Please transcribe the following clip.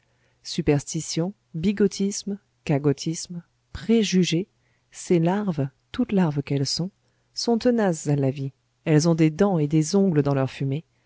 superstitions bigotismes cagotismes préjugés ces larves toutes larves qu'elles sont sont tenaces à la vie elles ont des dents et des ongles dans leur fumée